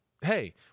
Hey